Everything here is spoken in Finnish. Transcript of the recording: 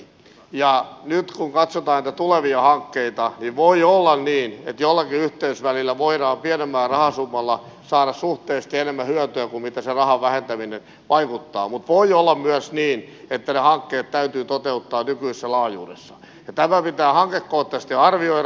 nyt kun katsotaan näitä tulevia hankkeita voi olla niin että jollakin yhteysvälillä voidaan pienemmällä rahasummalla saada suhteellisesti enemmän hyötyä kuin mitä se rahan vähentäminen vaikuttaa mutta voi olla myös niin että ne hankkeet täytyy toteuttaa nykyisessä laajuudessa ja tämä pitää hankekohtaisesti arvioida